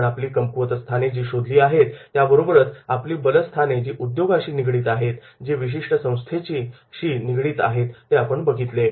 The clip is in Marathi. आपण आपली कमकुवतस्थाने जी शोधली आहेत त्यासोबतच आपली बलस्थाने जी उद्योगाशी निगडित आहे जी विशिष्ट संस्थेशी निगडित आहेत ते आपण बघितले